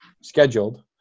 scheduled